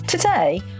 Today